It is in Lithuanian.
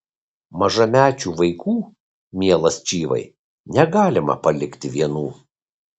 mažamečių vaikų mielas čyvai negalima palikti vienų